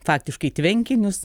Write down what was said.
faktiškai tvenkinius